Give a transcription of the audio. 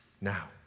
now